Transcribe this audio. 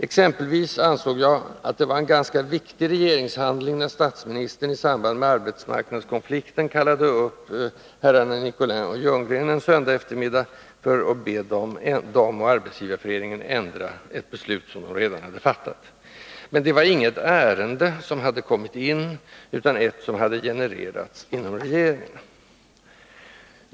Exempelvis ansåg jag att det var en ganska viktig regeringshandling när statsministern i samband med arbetsmarknadskonflikten kallade upp herrarna Nicolin och Ljunggren en söndagseftermiddag för att be dem och Arbetsgivareföreningen ändra ett beslut som de redan hade fattat. Men det var inget ärende som hade ”kommit in”, utan ett som hade genererats inom regeringen.